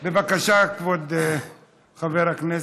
בבקשה, כבוד חבר הכנסת.